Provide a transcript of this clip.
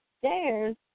stairs